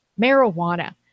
marijuana